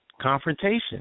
confrontation